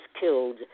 killed